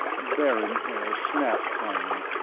baron haer snapped finally,